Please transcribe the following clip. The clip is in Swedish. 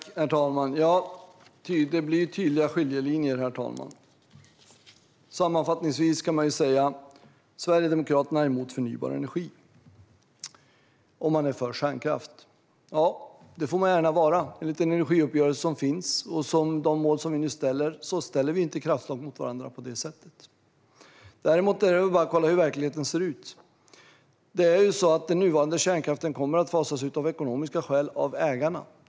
Herr talman! Det blir tydliga skiljelinjer. Sammanfattningsvis kan man säga att Sverigedemokraterna är emot förnybar energi och för kärnkraft. Det får man gärna vara. I den energiuppgörelse som finns och de mål vi nu fastställer ställer vi inte kraftslag mot varandra på det sättet. Däremot är det bara att kolla hur verkligheten ser ut. Den nuvarande kärnkraften kommer att fasas ut av ekonomiska skäl - av ägarna.